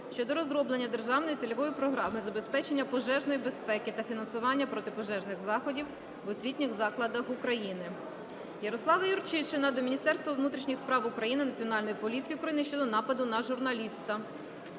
щодо розроблення державної цільової програми забезпечення пожежної безпеки та фінансування протипожежних заходів в освітніх закладах України. Ярослава Юрчишина до Міністерства внутрішніх справ України, Національної поліції України щодо нападу на журналіста.